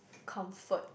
comfort